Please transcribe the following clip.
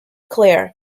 claire